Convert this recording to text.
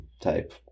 type